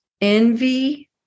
envy